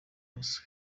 bose